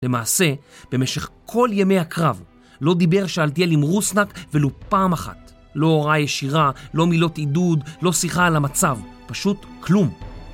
למעשה, במשך כל ימי הקרב, לא דיבר שאלתיאל עם רוסנק ולו פעם אחת. לא הוראה ישירה, לא מילות עידוד, לא שיחה על המצב, פשוט כלום.